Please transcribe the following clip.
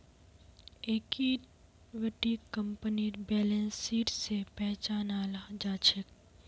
इक्विटीक कंपनीर balance sheet स पहचानाल जा छेक